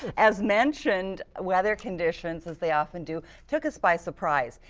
as mentioned, weather conditions, as they often do, took us by surprise.